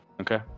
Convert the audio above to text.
Okay